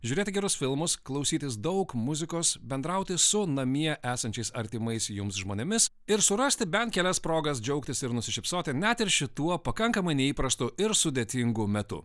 žiūrėti gerus filmus klausytis daug muzikos bendrauti su namie esančiais artimais jums žmonėmis ir surasti bent kelias progas džiaugtis ir nusišypsoti net ir šituo pakankamai neįprastu ir sudėtingu metu